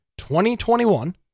2021